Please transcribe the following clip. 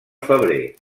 febrer